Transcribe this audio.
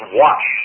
watch